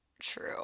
true